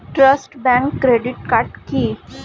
Trust bank credit card কি?